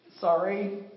Sorry